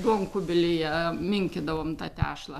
duonkubilyje minkydavom tą tešlą